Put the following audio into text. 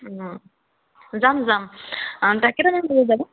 অ যাম যাম কেইটামান বজাত যাবা